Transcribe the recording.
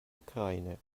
ukraine